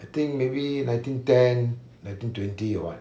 I think maybe nineteen ten nineteen twenty or what